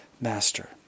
master